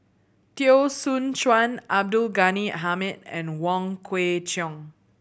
Teo Soon Chuan Abdul Ghani Hamid and Wong Kwei Cheong